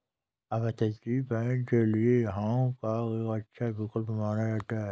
अपतटीय बैंक के लिए हाँग काँग एक अच्छा विकल्प माना जाता है